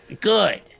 good